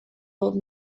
old